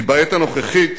כי בעת הנוכחית